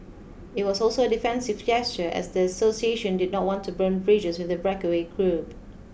it was also a defensive gesture as the association did not want to burn bridges with the breakaway group